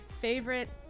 favorite